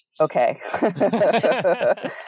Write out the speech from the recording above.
okay